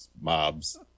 mobs